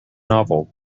novel